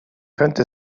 könnte